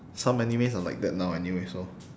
some animes are like that now anyway so